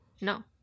No